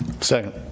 Second